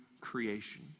creation